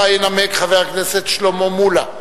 שאותה ינמק חבר הכנסת שלמה מולה,